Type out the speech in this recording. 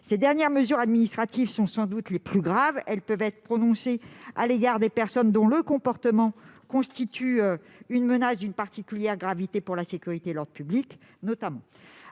Ces dernières mesures administratives sont sans doute les plus graves. Elles peuvent être prononcées à l'encontre des personnes dont le comportement constitue une menace d'une particulière gravité pour la sécurité et l'ordre public, notamment.